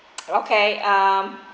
okay um